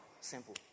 Simple